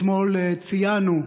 אתמול "ציינו",